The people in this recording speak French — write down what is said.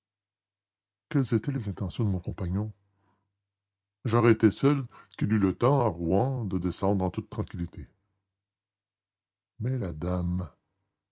quelles étaient les intentions de mon compagnon j'aurais été seul qu'il eût eu le temps à rouen de descendre en toute tranquillité mais la dame